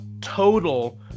total